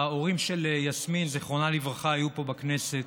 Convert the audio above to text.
ההורים של יסמין, זיכרונה לברכה, היו פה בכנסת